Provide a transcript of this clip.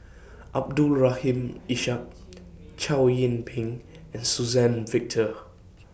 Abdul Rahim Ishak Chow Yian Ping and Suzann Victor